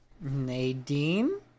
Nadine